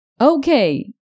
Okay